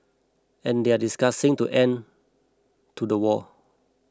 and they are discussing to end to the war